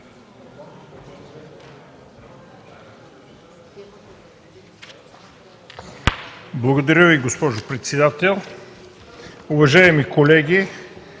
Благодаря Ви, госпожо председател. Уважаеми колеги,